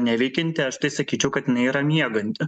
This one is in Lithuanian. neveikianti aš tai sakyčiau kad jinai yra mieganti